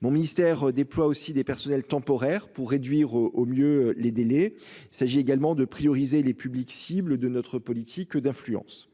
mon ministère déploie aussi des personnels temporaires pour réduire au au mieux les délais s'agit également de prioriser les publics cibles de notre politique d'affluence